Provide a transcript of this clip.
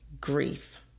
grief